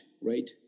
right